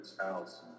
House